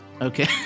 Okay